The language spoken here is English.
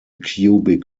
cubic